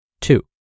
Two